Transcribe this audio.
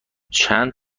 چند